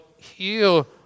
heal